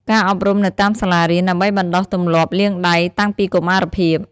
ការអប់រំនៅតាមសាលារៀន ដើម្បីបណ្តុះទម្លាប់លាងដៃតាំងពីកុមារភាព។